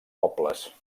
pobles